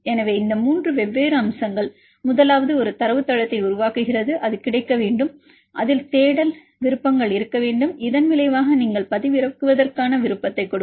எனவே இந்த மூன்று வெவ்வேறு அம்சங்கள் முதலாவது ஒரு தரவுத்தளத்தை உருவாக்குகிறது அது கிடைக்க வேண்டும் அதில் தேடல் விருப்பங்கள் இருக்க வேண்டும் இதன் விளைவாக நீங்கள் பதிவிறக்குவதற்கான விருப்பத்தை கொடுக்க வேண்டும்